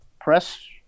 Press